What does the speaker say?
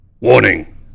Warning